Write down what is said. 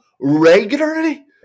regularly